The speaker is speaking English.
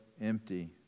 empty